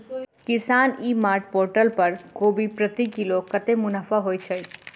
किसान e mart portal पर कोबी प्रति किलो कतै मुनाफा होइ छै?